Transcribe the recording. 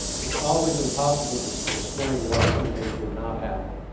it's always impossible to explain why something did not happen.